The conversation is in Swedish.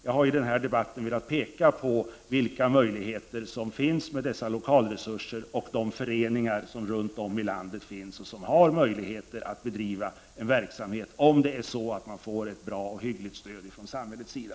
Jag har i den här debatten velat peka på vilka möjligheter vi har med dessa lokala resurser och de föreningar som finns runt om i landet och som kan bedriva en verksamhet om man får ett hyggligt stöd från samhällets sida.